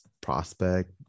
prospect